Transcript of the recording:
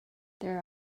there